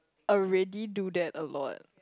already do that a lot